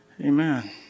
Amen